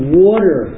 water